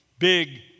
big